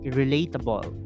relatable